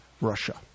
Russia